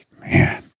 man